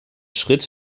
schritt